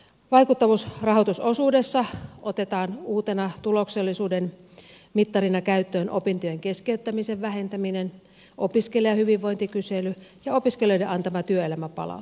vaikuttavuusrahoitusosuudessa otetaan uutena tuloksellisuuden mittarina käyttöön opintojen keskeyttämisen vähentäminen opiskelijahyvinvointikysely ja opiskelijoiden antama työelämäpalaute